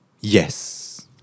Yes